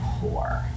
poor